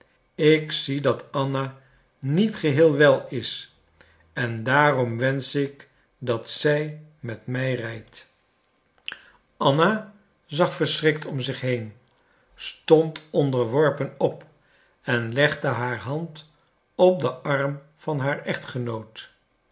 ik zie dat anna niet geheel wel is en daarom wensch ik dat zij met mij rijdt anna zag verschrikt om zich stond onderworpen op en legde haar hand op den arm van haar echtgenoot